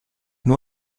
nur